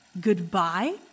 Goodbye